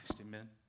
Amen